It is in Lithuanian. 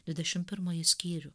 dvidešim pirmąjį skyrių